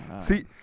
See